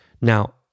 Now